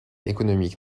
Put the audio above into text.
économique